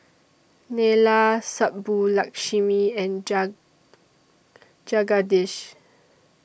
Neila Subbulakshmi and Jagadish